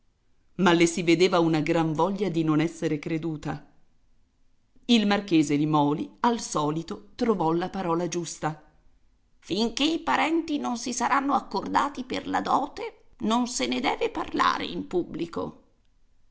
ma le si vedeva una gran voglia di non esser creduta il marchese limòli al solito trovò la parola giusta finché i parenti non si saranno accordati per la dote non se ne deve parlare in pubblico